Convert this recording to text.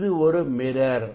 இது ஒரு மிரர்